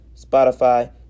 Spotify